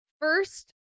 First